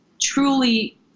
truly